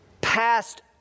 passed